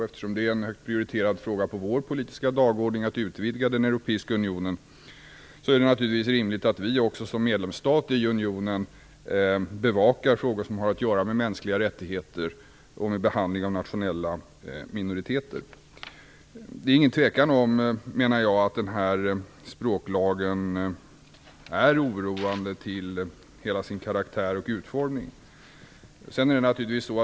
Eftersom det är en högt prioriterad fråga på vår politiska dagordning att utvidga den europeiska unionen är det naturligtvis rimligt att Sverige som medlemsstat i unionen bevakar frågor som har att göra med mänskliga rättigheter och behandling av nationella minoriteter. Det är ingen tvekan om att denna språklag är oroande till hela sin karaktär och utformning.